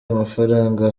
amafaranga